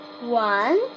One